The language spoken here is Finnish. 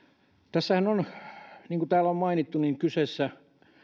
tässähän on niin kuin täällä on mainittu kyseessä